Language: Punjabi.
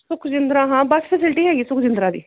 ਸੁਖਜਿੰਦਰਾ ਹਾਂ ਬੱਸ ਫੈਸਿਲਿਟੀ ਹੈਗੀ ਸੁਖਜਿੰਦਰਾ ਦੀ